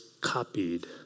copied